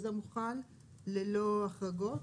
וזה מוחל ללא החרגות?